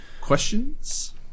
questions